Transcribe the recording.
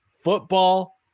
football